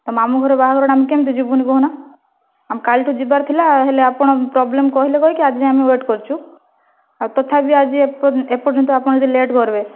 ତ' ମାମୁଁ ଘର ବାହାଘରଟା ଆମେ କେମିତି ଯିବୁନାହିଁ କହୁନ ଆମେ କାଲିଠୁ ଯିବାର ଥିଲା ହେଲେ ଆପଣ ପ୍ରୋବ୍ଲେମ୍ କହିଲେ କହିକି ଆଜି ଯାଏଁ ଆମେ ୱେଟ୍ କରିଛୁ ଆଉ ତଥାପି ଆଜି ଏ ପର୍ଯ୍ୟନ୍ତ ଆପଣ ଯଦି ଲେଟ୍ କରିବେ